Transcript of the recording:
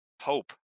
hope